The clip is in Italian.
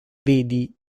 vedi